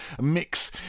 mix